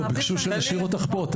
ביקשו שנשאיר אותך פה.